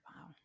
Wow